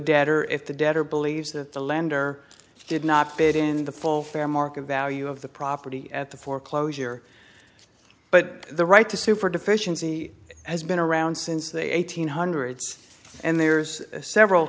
debtor if the debtor believes that the lender did not fit in the full fair market value of the property at the foreclosure but the right to sue for deficiency has been around since the eighteen hundreds and there's several